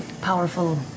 powerful